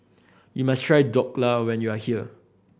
you must try Dhokla when you are here